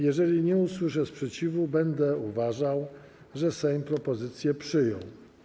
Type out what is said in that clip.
Jeżeli nie usłyszę sprzeciwu, będę uważał, że Sejm propozycję przyjął.